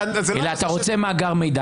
אלא אתה רוצה מאגר מידע.